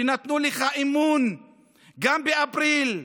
שנתנו בך אמון גם באפריל,